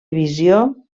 visió